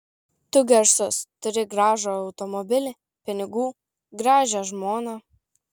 tu garsus turi gražų automobilį pinigų gražią žmoną